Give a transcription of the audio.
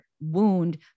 wound